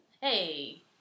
Hey